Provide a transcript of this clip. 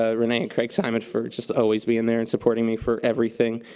ah renee and craig simon for just always being there and supporting me for everything.